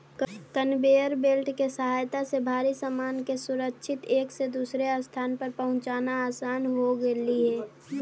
conveyor belt के सहायता से भारी सामान के सुरक्षित एक से दूसर स्थान पर पहुँचाना असान हो गेलई हे